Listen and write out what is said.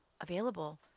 available